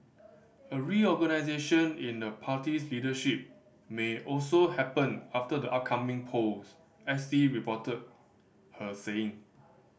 a reorganisation in the party's leadership may also happen after the upcoming polls S T reported her saying